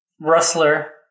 Rustler